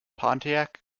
pontiac